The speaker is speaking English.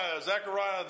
Zechariah